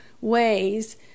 ways